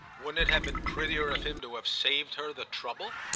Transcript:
wouldn't it have been prettier of him to have saved her the trouble?